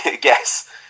guess